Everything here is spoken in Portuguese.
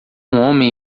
homem